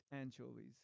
anchovies